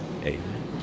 amen